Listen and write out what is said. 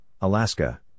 Alaska